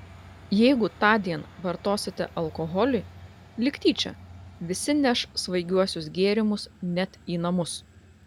jeigu tądien vartosite alkoholį lyg tyčia visi neš svaigiuosius gėrimus net į namus